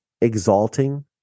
exalting